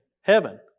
heaven